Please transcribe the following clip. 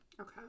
Okay